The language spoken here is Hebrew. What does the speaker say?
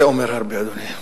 וזה אומר הרבה, אדוני.